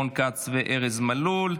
רון כץ וארז מלול.